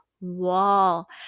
wall